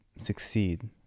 succeed